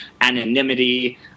anonymity